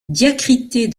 diacritée